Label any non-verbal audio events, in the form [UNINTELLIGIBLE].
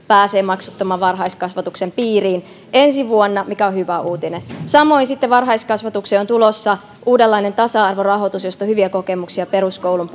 pääsee maksuttoman varhaiskasvatuksen piiriin ensi vuonna mikä on hyvä uutinen samoin varhaiskasvatukseen on tulossa uudenlainen tasa arvorahoitus josta on hyviä kokemuksia peruskoulun [UNINTELLIGIBLE]